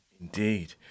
Indeed